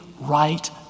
right